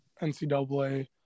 NCAA